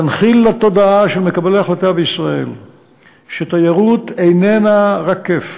זה להנחיל בתודעה של מקבלי ההחלטה בישראל שתיירות איננה רק כיף.